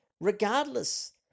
regardless